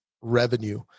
revenue